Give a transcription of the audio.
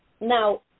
Now